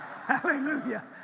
Hallelujah